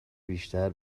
بیشتر